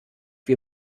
wir